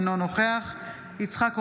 אינו נוכח יצחק קרויזר,